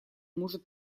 может